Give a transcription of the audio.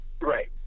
right